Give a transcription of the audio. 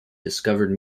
discovered